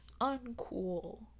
uncool